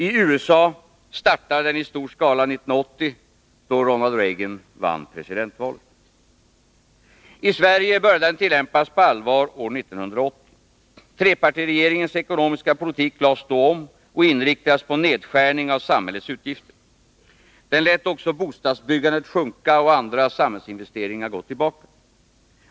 I USA startade den i stor skala 1980, då Ronald Reagan vann presidentvalet. I Sverige började den tillämpas på allvar år 1980. Trepartiregeringens ekonomiska politik lades då om och inriktades på nedskärning av samhällets utgifter. Den lät också bostadsbyggandet sjunka och andra samhällsinveste ringar gå tillbaka.